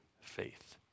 faith